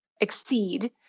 exceed